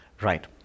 right